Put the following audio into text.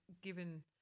given